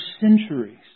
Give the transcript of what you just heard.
centuries